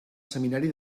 seminari